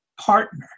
partner